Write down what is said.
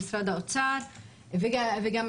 משרד האוצר והשיכון.